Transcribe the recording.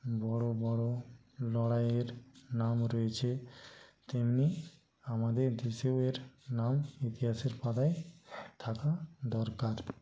বড় বড় লড়াইয়ের নাম রয়েছে তেমনি আমাদের দেশেও এর নাম ইতিহাসের পাতায় থাকা দরকার